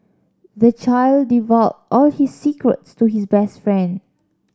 the child divulged all his secrets to his best friend